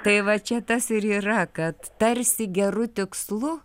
tai va čia tas ir yra kad tarsi geru tikslu